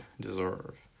deserve